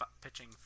pitching